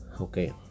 Okay